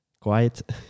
quiet